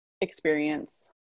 experience